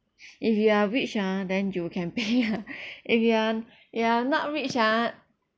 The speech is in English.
if you are rich ah then you can pay ah if you are you're not rich ah